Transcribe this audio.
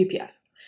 UPS